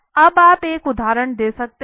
अब आप एक उदाहरण देख सकते हैं